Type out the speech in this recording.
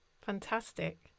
fantastic